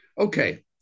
Okay